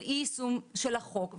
של אי יישום של החוק.